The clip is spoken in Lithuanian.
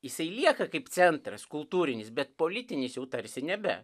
jisai lieka kaip centras kultūrinis bet politinis jau tarsi nebe